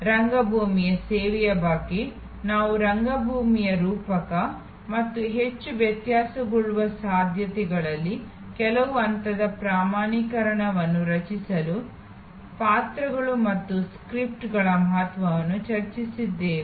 ರಂಗಭೂಮಿಯ ಸೇವೆಯ ಬಗ್ಗೆ ನಾವು ರಂಗಭೂಮಿಯ ರೂಪಕ ಮತ್ತು ಹೆಚ್ಚು ವ್ಯತ್ಯಾಸಗೊಳ್ಳುವ ಸಾಧ್ಯತೆಗಳಲ್ಲಿ ಕೆಲವು ಹಂತದ ಪ್ರಮಾಣೀಕರಣವನ್ನು ರಚಿಸಲು ಪಾತ್ರಗಳು ಮತ್ತು ಲೇಖನಗಳ ಮಹತ್ವವನ್ನು ಚರ್ಚಿಸಿದ್ದೇವೆ